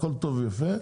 הכול טוב ויפה,